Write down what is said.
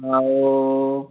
ଆଉ